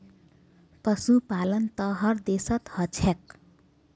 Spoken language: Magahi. पशुपालन त हर देशत ह छेक